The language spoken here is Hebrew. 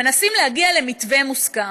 מנסים להגיע למתווה מוסכם.